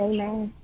Amen